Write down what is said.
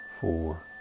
four